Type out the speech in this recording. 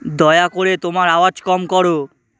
দয়া করে তোমার আওয়াজ কম কর